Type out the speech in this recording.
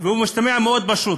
והוא משתמע מאוד פשוט.